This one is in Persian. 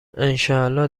انشاالله